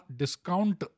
discount